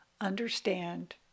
understand